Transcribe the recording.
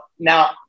Now